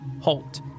Halt